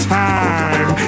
time